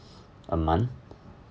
a month